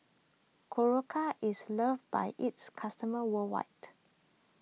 Berocca is loved by its customers worldwide